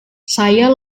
saya